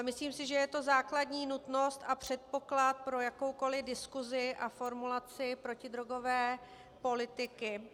Myslím si, že je to základní nutnost a předpoklad pro jakoukoliv diskuzi a formulaci protidrogové politiky.